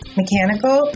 mechanical